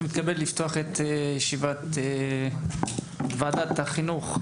אני מתכבד לפתוח את ישיבת ועדת החינוך,